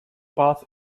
path